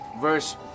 verse